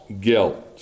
guilt